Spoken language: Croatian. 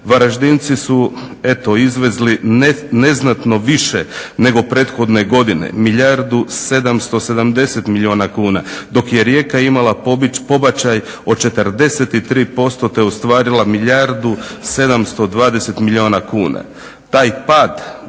Varaždinci su eto izvezli neznatno više nego prethodne godine, milijardu 770 milijuna kuna dok je Rijeka imala podbačaj od 43% te je ostvarila milijardu i 720 milijuna kuna.